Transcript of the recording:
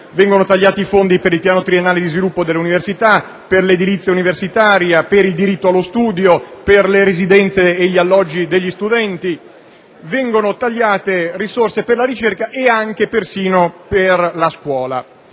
Vengono tagliati i fondi per i piani triennali di sviluppo dell'università, per l'edilizia universitaria, per il diritto allo studio, per le residenze e gli alloggi degli studenti. Vengono tagliate risorse per la ricerca e anche persino per la scuola.